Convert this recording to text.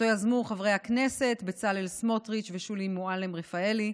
שאותו יזמו חברי הכנסת בצלאל סמוטריץ' ושולי מועלם רפאלי.